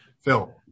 Phil